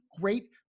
great